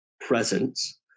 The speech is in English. presence